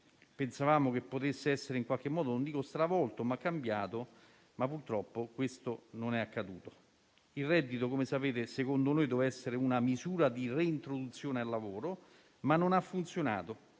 Pensavamo che potesse essere in qualche modo non dico stravolto, ma almeno cambiato; purtroppo questo non è accaduto. Il reddito di cittadinanza, come sapete, secondo noi, avrebbe dovuto essere una misura di reintroduzione al lavoro, ma non ha funzionato,